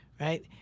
right